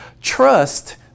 trust